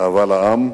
אהבה לעם,